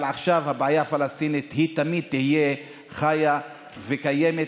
אבל עכשיו הבעיה הפלסטינית תמיד תהיה חיה וקיימת,